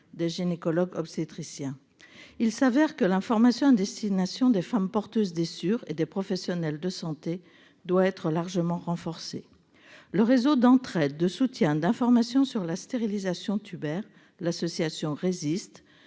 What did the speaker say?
des gynécologues et obstétriciens français (CNGOF), il se trouve que l'information à destination des femmes porteuses d'Essure et des professionnels de santé doit être largement renforcée. Le réseau d'entraide, de soutien, d'informations sur la stérilisation tubaire, l'association Resist,